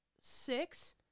six